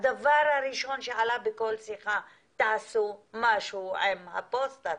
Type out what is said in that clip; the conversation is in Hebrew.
הדבר הראשון שעלה בכל שיחה: תעשו משהו עם הפוסטה,